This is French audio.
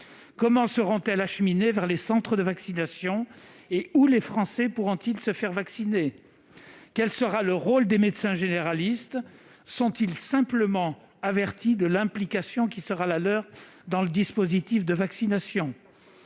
Comment seront-elles acheminées vers les centres de vaccination et où les Français pourront-ils se faire vacciner ? Quel sera le rôle des médecins généralistes ? Sont-ils simplement avertis de l'implication qui sera la leur dans le dispositif de vaccination ?